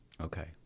Okay